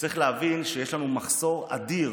צריך להבין שיש לנו מחסור אדיר